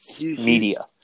media